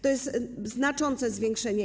To jest znaczące zwiększenie.